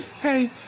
hey